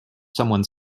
somebody